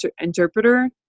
interpreter